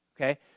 Okay